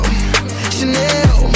Chanel